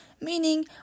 Meaning